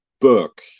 book